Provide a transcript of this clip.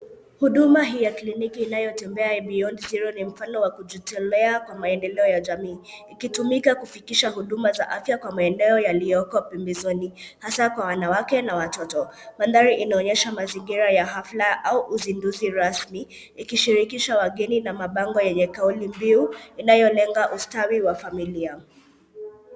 Huduma hii ya kliniki inayotembea ya Beyond Zero ni mfano wa kujitolea kwa maendeleo ya jamii, ikitumika kufikisha huduma za afya kwa maeneo yaliyoko pembezoni, hasa kwa wanawake na watoto. Mandhari inaonyesha mazingira ya hafla au uzinduzi rasmi, ikishirikisha wageni na mabango yenye kauli mbinu inayolenga ustawi wa familia.